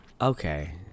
Okay